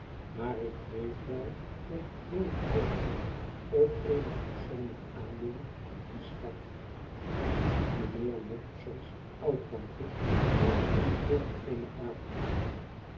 maar ik weet wel dat ik nooit hoopte op eenig persoonhjk aandeel in dien schat mynheer wopsle's oudtante hield in het dorp eene